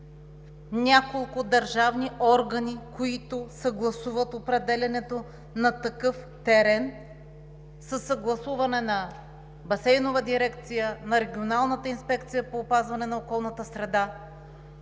няколко държавни органи, които съгласуват определянето на такъв терен със съгласуване с Басейнова дирекция, с Регионалната инспекция по опазване на околната среда.